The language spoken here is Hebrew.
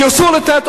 כי אסור לתת.